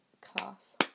class